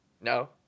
No